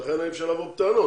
לכן אי-אפשר לבוא בטענות.